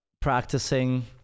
practicing